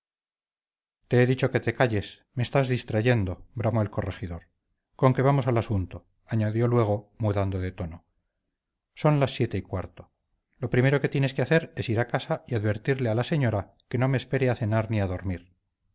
te he dicho que calles me estás distrayendo bramó el corregidor conque vamos al asunto añadió luego mudando de tono son las siete y cuarto lo primero que tienes que hacer es ir a casa y advertirle a la señora que no me espere a cenar ni a dormir